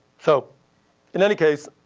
so in any case,